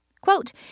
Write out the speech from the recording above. Quote